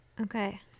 Okay